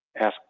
ask